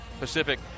Pacific